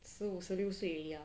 十五十六岁 already lah